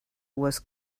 was